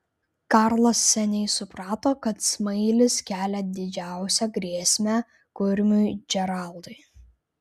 karlas seniai suprato kad smailis kelia didžiausią grėsmę kurmiui džeraldui